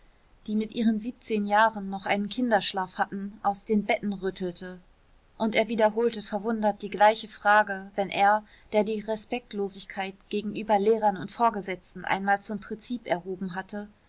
die mit ihren siebzehn jahren noch einen kinderschlaf hatten aus den betten rüttelte und er wiederholte verwundert die gleiche frage wenn er der die respektlosigkeit gegenüber lehrern und vorgesetzten einmal zum prinzip erhoben hatte